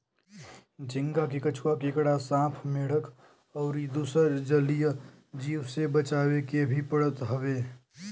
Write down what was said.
झींगा के कछुआ, केकड़ा, सांप, मेंढक अउरी दुसर जलीय जीव से बचावे के भी पड़त हवे